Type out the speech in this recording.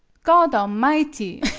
godamighty!